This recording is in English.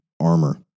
armor